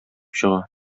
чыга